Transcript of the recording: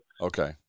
Okay